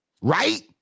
Right